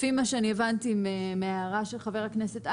לפי מה שאני הבנתי מההערה של חבר הכנסת אייכלר,